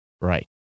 right